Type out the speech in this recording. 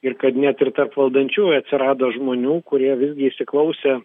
ir kad net ir tarp valdančiųjų atsirado žmonių kurie visgi įsiklausė